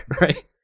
right